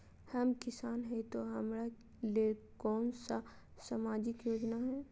हम किसान हई तो हमरा ले कोन सा सामाजिक योजना है?